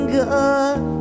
good